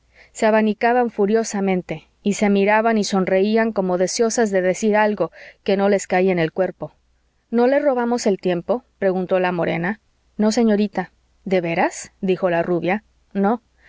se abanicaban furiosamente y se miraban y sonreían como deseosas de decir algo que no les cabía en el cuerpo no le robamos el tiempo preguntó la morena no señorita de veras dijo la rubia no